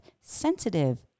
sensitive